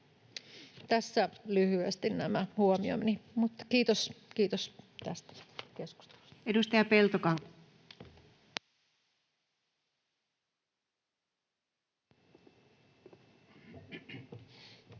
Tässä lyhyesti nämä huomioni. — Kiitos tästä keskustelusta. Edustaja Peltokangas.